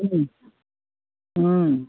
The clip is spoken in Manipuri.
ꯑꯥ